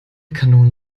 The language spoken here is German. kanonen